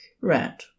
red